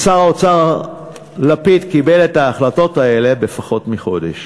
שר האוצר לפיד קיבל את ההחלטות האלה בפחות מחודש.